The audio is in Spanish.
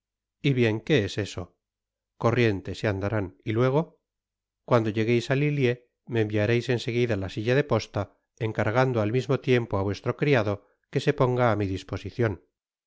y bien qué es eso corriente se andarán y luego cuando llegueis á lilliers me enviareis en seguida la silla de posta encargando al mismo tiempo á vuestro criado que se ponga á mi disposicion